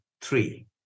three